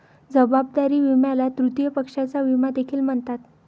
जबाबदारी विम्याला तृतीय पक्षाचा विमा देखील म्हणतात